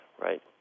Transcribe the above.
right